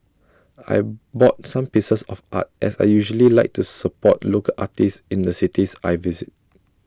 I bought some pieces of art as I usually like to support local artists in the cities I visit